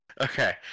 Okay